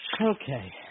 Okay